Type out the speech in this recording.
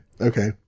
Okay